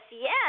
Yes